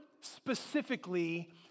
specifically